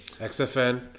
XFN